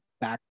back